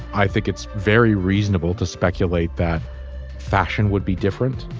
i think it's very reasonable to speculate that fashion would be different,